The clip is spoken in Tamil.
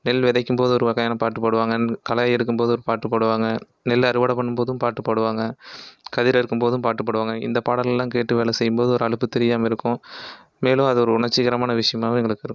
நெல் விதைக்கும் போது ஒரு வகையான பாட்டு பாடுவாங்க களை எடுக்கும் போது ஒரு பாட்டு பாடுவாங்க நெல் அறுவடை பண்ணும் போதும் பாட்டு பாடுவாங்க கதிர் அறுக்கும் போதும் பாட்டு பாடுவாங்க இந்த பாடல்லாம் கேட்டு வேலை செய்யும் போது ஒரு அலுப்பு தெரியாமல் இருக்கும் மேலும் அது ஒரு உணர்ச்சிகரமான விஷியமாகவும் எங்களுக்கு இருக்கும்